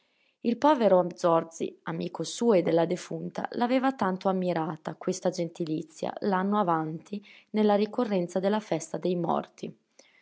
il povero zorzi amico suo e della defunta l'aveva tanto ammirata questa gentilizia l'anno avanti nella ricorrenza della festa dei morti